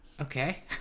okay